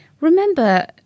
remember